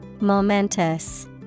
Momentous